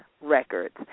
Records